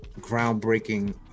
groundbreaking